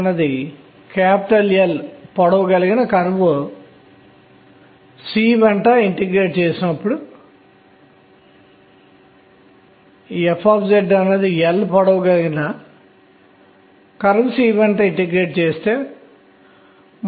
ఇది వైశాల్యం ద్వారా అయస్కాంత భ్రామకం ఇవ్వబడుతుంది నేను వైశాల్యాన్ని వెక్టార్ I గా వ్రాస్తున్నాను